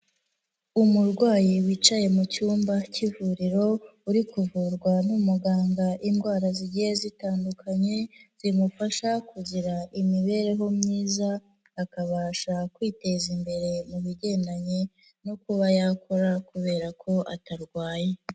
Umurwayi wicaye mu cyumba cy'ivuriro, uri kuvurwa n'umuganga indwara zigiye zitandukanye, zimufasha kugira imibereho myiza, akabasha kwiteza imbere mu bigendanye no kuba yakora kubera ko atarwaye.